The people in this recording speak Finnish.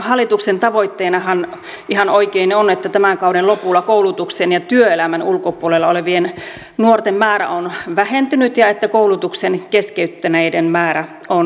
hallituksen tavoitteenahan ihan oikein on että tämän kauden lopulla koulutuksen ja työelämän ulkopuolella olevien nuorten määrä on vähentynyt ja että koulutuksen keskeyttäneiden määrä on laskenut